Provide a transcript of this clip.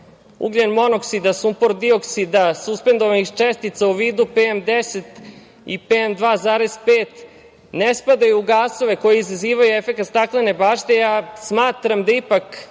ugljen-monoksida, sumpor-dioksida, suspendovanih čestica u vidu PN10 i PN2,5 ne spadaju u gasove koji izazivaju efekat „staklene bašte“. Smatram da je ipak